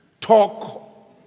talk